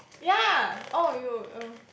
ya oh you oh